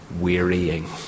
wearying